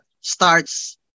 starts